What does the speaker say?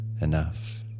enough